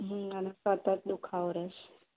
હમ અને સતત દુખાવો રેસે